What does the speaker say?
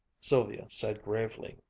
sylvia said gravely,